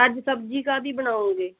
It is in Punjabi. ਅੱਜ ਸਬਜ਼ੀ ਕਾਹਦੀ ਬਣਾਓਗੇ